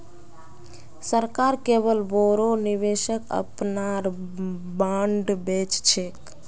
सरकार केवल बोरो निवेशक अपनार बॉन्ड बेच छेक